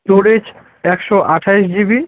storage একশো আঠাশ GB